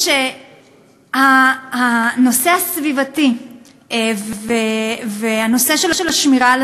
והיא שהנושא הסביבתי והנושא של השמירה על